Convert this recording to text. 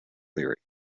theory